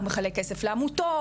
הוא מחלק כסף לעמותות,